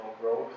growth